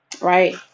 right